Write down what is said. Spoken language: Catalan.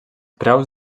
preus